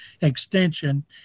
extension